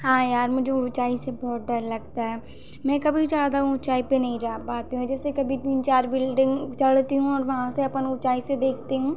हाँ यार मुझे ऊँचाई से बहुत डर लगता है मैं कभी ज़्यादा ऊँचाई पर नहीं जा पाती हूँ जैसे कभी चार बिल्डिंग चढ़ लेती हूँ और वहाँ से अपन ऊँचाई से देखती हूँ